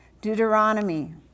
Deuteronomy